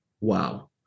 wow